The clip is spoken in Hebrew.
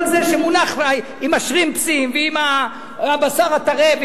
כל זה שמונח עם השרימפסים ועל הבשר הטרף.